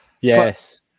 Yes